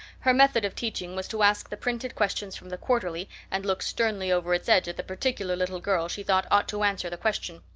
her method of teaching was to ask the printed questions from the quarterly and look sternly over its edge at the particular little girl she thought ought to answer the question.